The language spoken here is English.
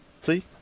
See